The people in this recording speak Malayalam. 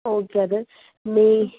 ഒക്കെ അത്